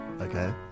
Okay